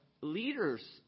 leaders